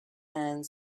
and